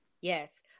yes